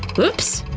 whoops!